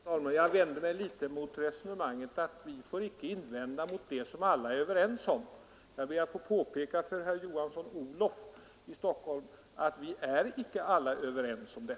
Fru talman! Jag vänder mig litet mot resonemanget att vi icke bör angripa den statistik som alla är överens om. Jag ber att få påpeka för herr Olof Johansson i Stockholm att alla icke är överens om den.